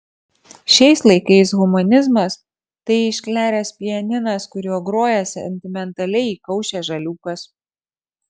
šiais laikais humanizmas tai iškleręs pianinas kuriuo groja sentimentaliai įkaušęs žaliūkas